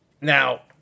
Now